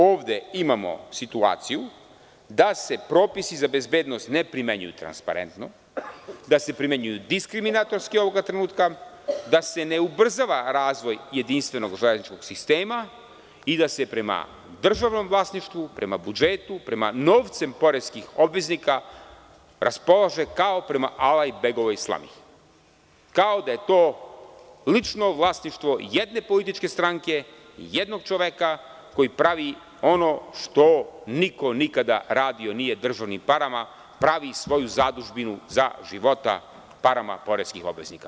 Ovde imamo situaciju da se propisi za bezbednost ne primenjuju transparentno, da se primenjuju dikriminatorski ovoga trenutka, da se ne ubrzava razvoj jedinstvenog železničkog sistema i da se prema državnom vlasništvu, prema budžetu, prema novcu poreskih obveznika raspolaže kao prema Alajbegovoj slami, kao da je to lično vlasništvo jedne političke stranke, jednog čoveka koji pravi ono što niko nikada nije radio sa državnim parama – pravi svoju zadužbinu za života parama poreskih obveznika.